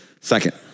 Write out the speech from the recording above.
Second